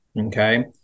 okay